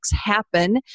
happen